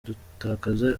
dutakaza